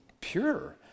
pure